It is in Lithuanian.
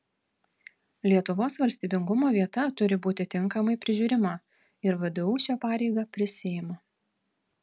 lietuvos valstybingumo vieta turi būti tinkamai prižiūrima ir vdu šią pareigą prisiima